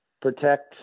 protect